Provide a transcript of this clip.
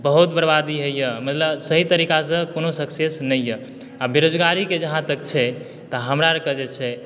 बहुत बरबादी होइया मतलब सही तरीका सऽ कोनो सक्सेस नहि यऽ आ बेरोजगारी के जहाँ तक छै तऽ हमरा आर के जे छै